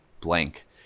blank